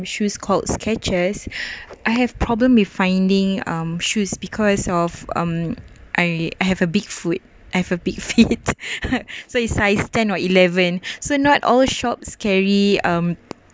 the shoes called skechers I have problem with finding um shoes because of um I have a big foot I have a big feet so its size ten or eleven so not all shop carry um